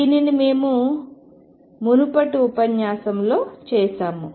దీనిని మేము మునుపటి ఉపన్యాసంలో చేసాము